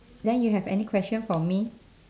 then you have any question for me